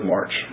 March